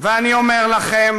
ואני אומר לכם